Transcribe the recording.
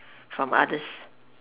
from others